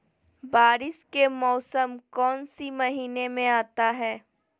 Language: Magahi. बारिस के मौसम कौन सी महीने में आता है?